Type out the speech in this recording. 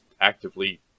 actively